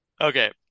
Okay